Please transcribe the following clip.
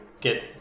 get